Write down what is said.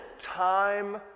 time